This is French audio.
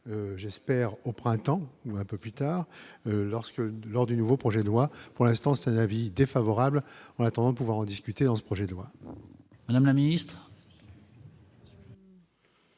j'espère au printemps un peu plus tard, lorsque 2 lors du nouveau projet de loi pour l'instant, c'est un avis défavorable en attendant de pouvoir en discuter dans ce projet de loi. Madame la ministre.